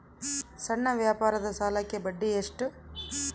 ಸಣ್ಣ ವ್ಯಾಪಾರದ ಸಾಲಕ್ಕೆ ಬಡ್ಡಿ ಎಷ್ಟು?